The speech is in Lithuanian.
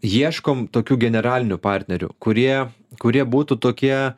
ieškom tokių generalinių partnerių kurie kurie būtų tokie